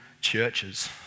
churches